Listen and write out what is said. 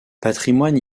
patrimoine